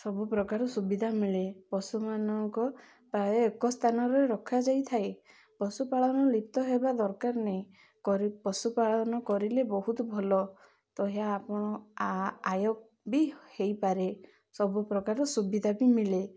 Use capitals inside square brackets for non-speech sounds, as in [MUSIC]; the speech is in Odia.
ସବୁପ୍ରକାର ସୁବିଧା ମିଳେ ପଶୁମାନଙ୍କ ପ୍ରାୟ ଏକ ସ୍ଥାନ ରେ ରଖାଯାଇଥାଏ ପଶୁପାଳନ ଲିପ୍ତ ହେବା ଦରକାର ନାହିଁ [UNINTELLIGIBLE] ପଶୁପାଳନ କରିଲେ ବହୁତ ଭଲ ତ ଏହା ଆପଣ ଆୟ ବି ହେଇପାରେ ସବୁ ପ୍ର୍ରକାର ସୁବିଧା ବି ମିଳେ